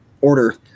order